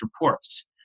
reports